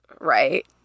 right